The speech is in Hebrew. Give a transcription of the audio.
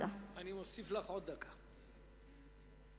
מוסיף לך עוד דקה.